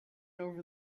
over